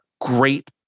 great